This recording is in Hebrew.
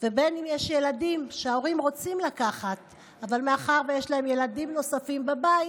ובין שיש ילדים שההורים רוצים לקחת אבל מאחר שיש להם ילדים נוספים בבית,